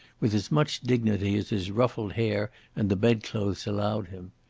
with as much dignity as his ruffled hair and the bed-clothes allowed him.